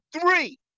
three